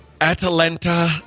Atalanta